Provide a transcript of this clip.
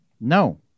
No